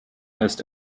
ist